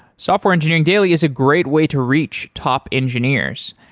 software engineering daily is a great way to reach top engineers.